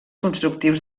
constructius